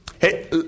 Hey